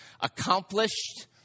accomplished